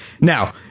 Now